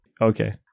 Okay